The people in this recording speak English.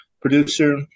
producer